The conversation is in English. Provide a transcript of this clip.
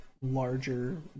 larger